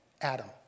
Adam